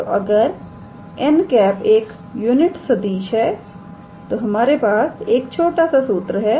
तोअगर 𝑛̂ एक यूनिट सदिश है तो हमारे पास एक छोटा सा सूत्र है